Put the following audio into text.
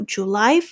July